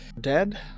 dead